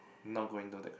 not going to that